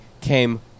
came